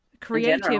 creative